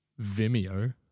Vimeo